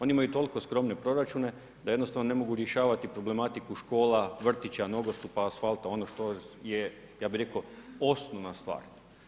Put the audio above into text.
Oni imaju toliko skromne proračune, da jednostavno ne mogu rješavati problematiku, škola, vrtića, nogostupa, asfalta, ono što je ja bi rekao osnovna stvar.